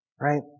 Right